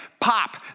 pop